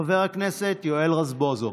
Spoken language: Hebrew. חבר הכנסת יואל רזבוזוב,